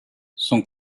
son